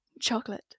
chocolate